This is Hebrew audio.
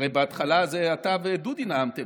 הרי בהתחלה אתה ודודי נאמתם,